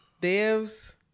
Dev's